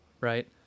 Right